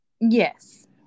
Yes